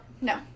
No